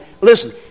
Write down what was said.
Listen